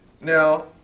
Now